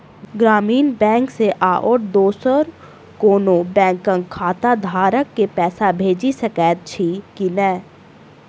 ग्रामीण बैंक सँ आओर दोसर कोनो बैंकक खाताधारक केँ पैसा भेजि सकैत छी की नै?